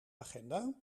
agenda